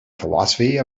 philosophy